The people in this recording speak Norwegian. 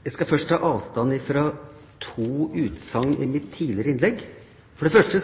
Jeg skal først ta avstand fra to utsagn i mitt tidligere innlegg. For det første